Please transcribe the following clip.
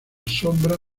sombra